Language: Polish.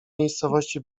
miejscowości